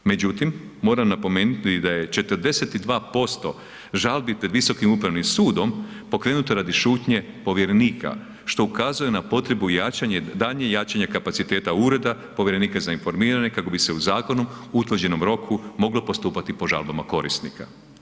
Međutim, moram napomenuti da je 42% žalbi pred Visokim upravnim sudom pokrenuto radi šutnje povjerenika, što ukazuje na potrebu daljnje jačanje kapaciteta Ureda povjerenika za informiranje kako bi se u zakonu u utvrđenom roku moglo postupati po žalbama korisnika.